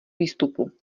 výstupu